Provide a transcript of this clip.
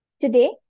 Today